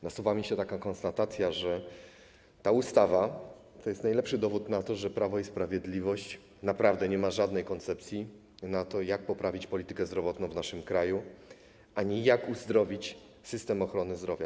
Nasuwa mi się taka konstatacja, że ta ustawa to jest najlepszy dowód na to, że Prawo i Sprawiedliwość naprawdę nie ma żadnej koncepcji na to, jak poprawić politykę zdrowotną w naszym kraju ani jak uzdrowić system ochrony zdrowia.